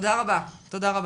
תודה רבה.